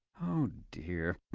oh dear.